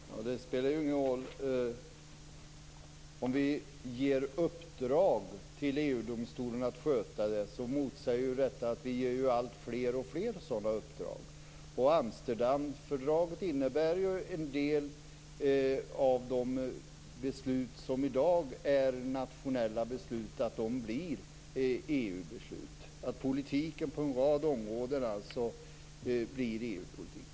Fru talman! Att det inte spelar någon roll om vi ger EU:s domstol i uppdrag att sköta det motsägs av att vi ger alltfler sådana uppdrag. Amsterdamfördraget innebär att en del av de nationella besluten blir EU-beslut, att politiken på en rad områden bli EU politik.